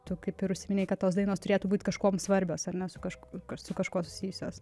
tu kaip ir užsiminei kad tos dainos turėtų būt kažkuom svarbios ar ne su kažkuo su kažkuo susijusios